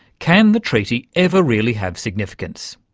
can the treaty ever really have significance?